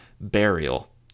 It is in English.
Burial